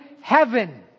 heaven